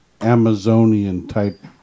Amazonian-type